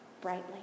brightly